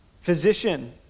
Physician